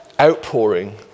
outpouring